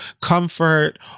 comfort